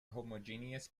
homogeneous